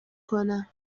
کنم